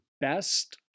best